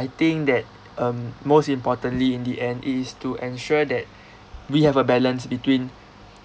I think that um most importantly in the end is to ensure that we have a balance between